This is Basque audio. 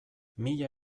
mila